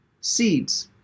seeds